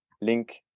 link